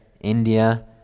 India